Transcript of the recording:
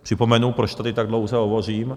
Připomenu, proč tady tak dlouze hovořím.